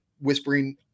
whispering